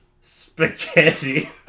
spaghetti